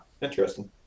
Interesting